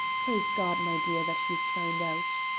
praise god, my dear, that he's found out!